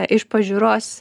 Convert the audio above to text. iš pažiūros